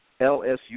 LSU